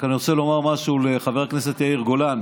אני רוצה לומר משהו לחבר הכנסת יאיר גולן,